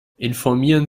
informieren